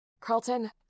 Carlton